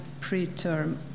preterm